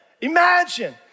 Imagine